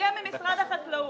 זה הגיע ממשרד החקלאות.